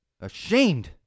Ashamed